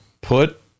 put